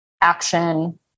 action